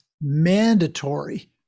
mandatory